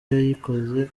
yayikoze